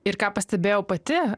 ir ką pastebėjau pati